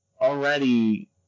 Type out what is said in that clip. already